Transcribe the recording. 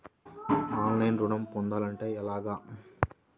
ఆన్లైన్లో ఋణం పొందాలంటే ఎలాగా?